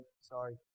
Sorry